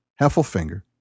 Heffelfinger